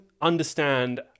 understand